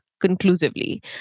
conclusively